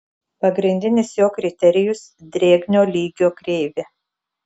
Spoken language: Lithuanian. pagrindinis jo kriterijus drėgnio lygio kreivė